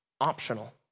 optional